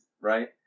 right